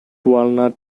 walnut